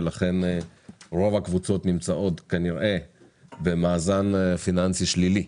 ולכן רוב הקבוצות נמצאות כנראה במאזן פיננסי שלילי,